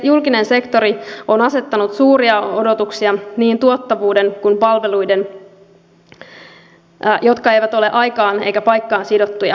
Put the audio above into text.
julkinen sektori on asettanut suuria odotuksia niin tuottavuuden kuin palveluiden osalle jotka eivät ole aikaan eikä paikkaan sidottuja